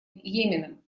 йеменом